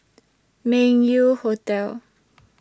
Meng Yew Hotel